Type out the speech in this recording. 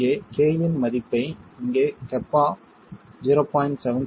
இங்கே K இன் மதிப்பை இங்கே கப்பா 0